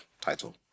title